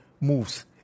moves